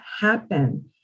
happen